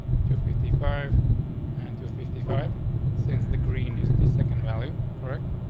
two fifty five and two fifty five since the green is the second value, correct.